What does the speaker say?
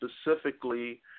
specifically